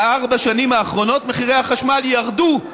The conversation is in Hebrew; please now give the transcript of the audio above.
בארבע השנים האחרונות מחירי החשמל ירדו,